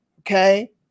Okay